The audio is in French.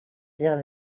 dire